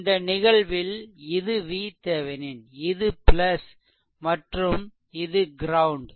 இந்த நிகழ்வில் இது VThevenin இது மற்றும் இது க்ரௌண்ட்